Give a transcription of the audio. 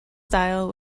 style